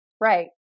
Right